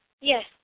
Yes